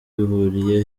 bihuriye